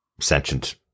sentient